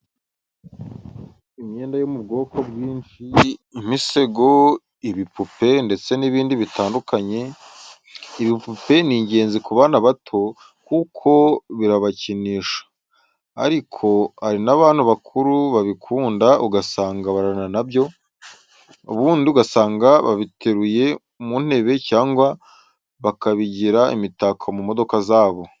Imyenda yo mu bwoko bwinshi, imisego, ibipupe ndetse n'ibindi bitandukanye. Ibipupe ni ingenzi ku bana bato kuko barabikinisha, ariko hari n'abantu bakuru babikunda ugasanga bararana na byo, ubundi ugasanga babiteruye mu ntebe cyangwa bakabigira imitako mu modoka zabo.